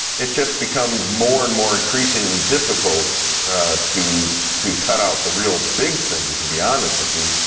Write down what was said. it just becomes more and more increasingly difficult to to cut out the real big things, to be honest with you.